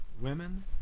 women